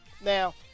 Now